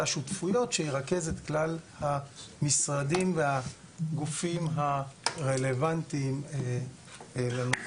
תא שותפויות שירכז את כלל המשרדים והגופים הרלוונטיים לנושא.